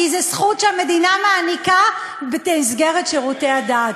כי זו זכות שהמדינה מעניקה במסגרת שירותי הדת,